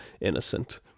innocent